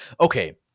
okay